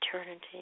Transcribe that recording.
eternity